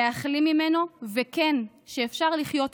להחלים ממנו, וכן, שאפשר לחיות איתו.